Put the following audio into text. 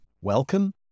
Welcome